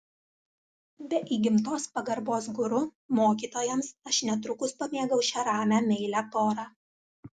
be įgimtos pagarbos guru mokytojams aš netrukus pamėgau šią ramią meilią porą